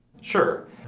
Sure